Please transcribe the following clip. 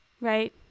right